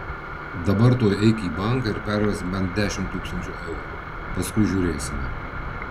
dabar tuoj eik į banką ir pervesk bent dešimt tūkstančių eurų paskui žiūrėsime